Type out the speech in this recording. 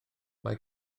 mae